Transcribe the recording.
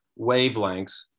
wavelengths